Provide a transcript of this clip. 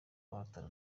bahatana